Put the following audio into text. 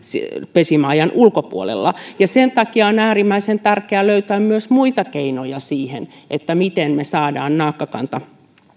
pesimäajan ulkopuolella sen takia on äärimmäisen tärkeää löytää myös muita keinoja siihen miten me saamme naakkakannan